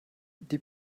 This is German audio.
die